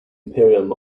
imperium